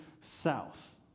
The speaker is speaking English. south